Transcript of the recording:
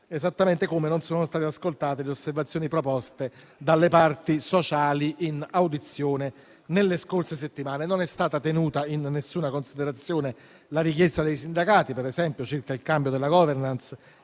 esattamente come non sono state ascoltate le osservazioni proposte dalle parti sociali in audizione nelle scorse settimane. Non è stata tenuta in nessuna considerazione la richiesta dei sindacati, ad esempio circa il cambio della *governance*